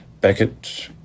Beckett